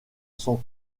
sont